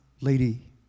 lady